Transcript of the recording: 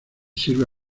sirve